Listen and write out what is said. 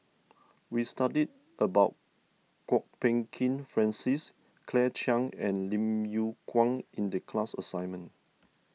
we studied about Kwok Peng Kin Francis Claire Chiang and Lim Yew Kuan in the class assignment